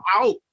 out